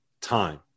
time